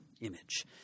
Image